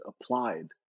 applied